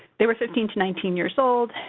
they were fifteen to nineteen years old,